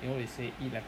you know they say eat like